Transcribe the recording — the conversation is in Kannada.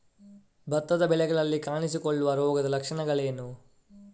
ಭತ್ತದ ಬೆಳೆಗಳಲ್ಲಿ ಕಾಣಿಸಿಕೊಳ್ಳುವ ರೋಗದ ಲಕ್ಷಣಗಳೇನು?